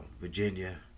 Virginia